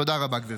תודה רבה, גברתי.